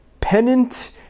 Pennant